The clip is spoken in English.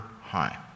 high